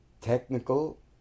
technical